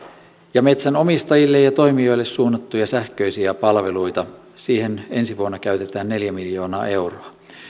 ja metsänomistajille ja toimijoille suunnattuja sähköisiä palveluita siihen ensi vuonna käytetään neljä miljoonaa euroa